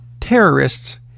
terrorists